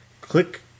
Click